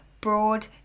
broad